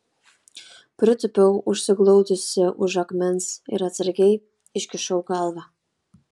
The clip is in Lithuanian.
pritūpiau užsiglaudusi už akmens ir atsargiai iškišau galvą